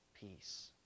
peace